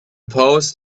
pox